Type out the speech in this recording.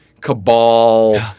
cabal